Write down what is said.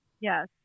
Yes